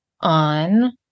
on